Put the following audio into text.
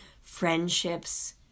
friendships